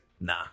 nah